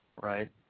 right